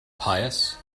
pious